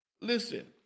Listen